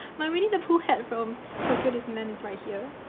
my winnie the pooh hat from tokyo disneyland is right here.